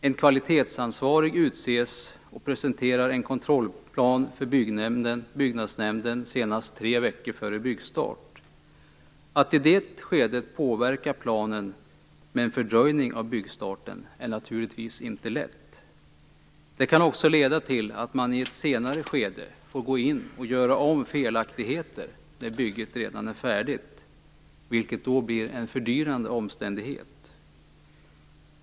En kvalitetsansvarig utses och presenterar en kontrollplan för byggnadsnämnden senast tre veckor före byggstart. Att i det skedet påverka planen med en fördröjning av byggstarten är naturligtvis inte lätt. Det kan också leda till att man i ett senare skede får gå in och göra om felaktigheter när bygget redan är färdigt, vilket då blir en fördyrande omständighet.